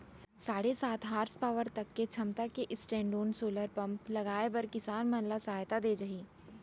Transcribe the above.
साढ़े सात हासपावर तक के छमता के स्टैंडओन सोलर पंप लगाए बर किसान मन ल सहायता दे जाही